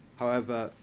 however,